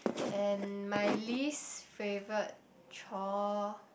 and my least favourite chore